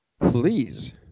Please